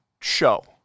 show